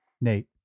Nate